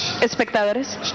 espectadores